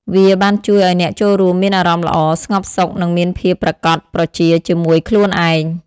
វាបានជួយឲ្យអ្នកចូលរួមមានអារម្មណ៍ល្អ ស្ងប់សុខនិងមានភាពប្រាកដប្រជាជាមួយខ្លួនឯង។